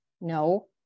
no